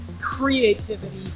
creativity